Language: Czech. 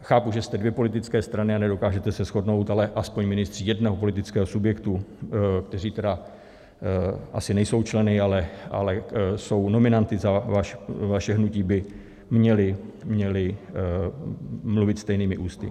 Chápu, že jste dvě politické strany a nedokážete se shodnout, ale aspoň ministři jednoho politického subjektu, kteří tedy asi nejsou členy, ale jsou nominanty za vaše hnutí, by měli mluvit stejnými ústy.